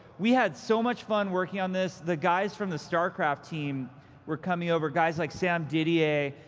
we had so much fun working on this. the guys from the starcraft team were coming over, guys like sam didier,